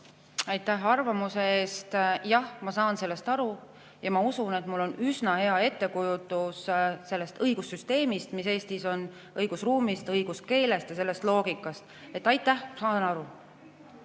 Aitäh arvamuse eest! Jah, ma saan sellest aru. Ma usun, et mul on üsna hea ettekujutus sellest õigussüsteemist, mis Eestis on, meie õigusruumist, õiguskeelest ja [kogu] sellest loogikast. Nii et aitäh, saan aru!